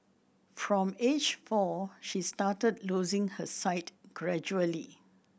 from age four she started losing her sight gradually